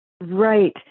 Right